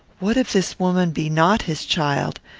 what if this woman be not his child!